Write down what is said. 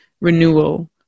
renewal